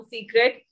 Secret